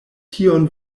tion